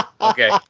Okay